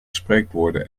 spreekwoorden